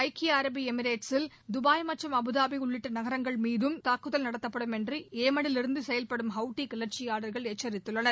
ஐக்கிய அரபு எமிரேட்சில் துபாய் மற்றும் அபுதாபி உள்ளிட்ட நகரங்கள் மீதும் தாக்குதல் நடத்தப்படும் என்று ஏமனிலிருந்து செயல்படும் ஹவுத்தி கிளர்ச்சியாளர்கள் எச்சித்துள்ளனர்